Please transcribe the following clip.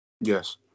Yes